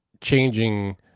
changing